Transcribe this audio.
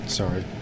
Sorry